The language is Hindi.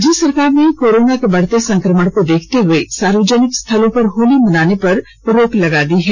राज्य सरकार ने कोरोना के बढ़ते संक्रमण को देखते हुए सार्वजनिक स्थलों पर होली मनाने पर रोक लगा दी है